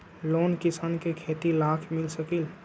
Loan किसान के खेती लाख मिल सकील?